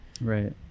Right